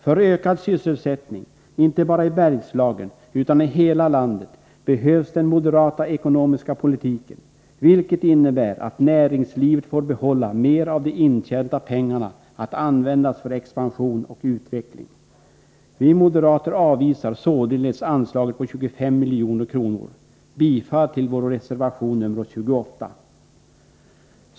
För ökad sysselsättning, inte bara i Bergslagen utan i hela landet, behövs den moderata ekonomiska politiken, vilket innebär att näringslivet får behålla mer av de intjänta pengarna, att användas för expansion och utveckling. Vi moderater avvisar således anslaget på 25 milj.kr. Jag yrkar bifall till vår reservation nr 28.